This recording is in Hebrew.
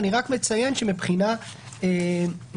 אני רק מציין שמבחינת החוק,